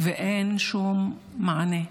ואין שום מענה.